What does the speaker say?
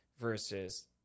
versus